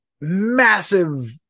massive